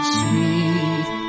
sweet